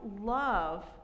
love